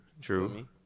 true